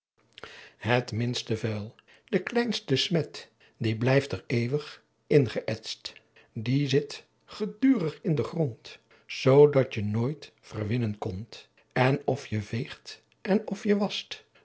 minste vuyl de kleynste smet die blyfter eeuwich ingheset die fit geduerich in den gront soo dat jet noyt verwinnen cont en of je veeght en of je wast